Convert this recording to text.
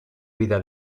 vida